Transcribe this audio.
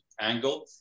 angle